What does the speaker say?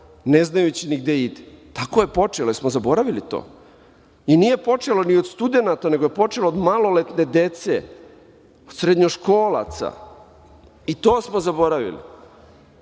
neznajući gde ide. Tako je počelo. Jel smo zaboravili to? Nije počelo ni od studenata nego je počelo od maloletne dece, od srednjoškolaca i to smo zaboravili.14/2